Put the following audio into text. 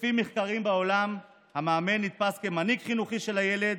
לפי מחקרים בעולם המאמן נתפס כמנהיג חינוכי של הילד,